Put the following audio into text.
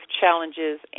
challenges